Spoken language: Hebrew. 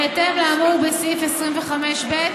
בהתאם לאמור בסעיף 25(ב)